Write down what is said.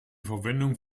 verwendung